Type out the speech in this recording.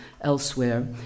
elsewhere